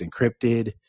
encrypted